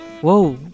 whoa